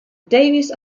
davis